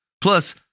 Plus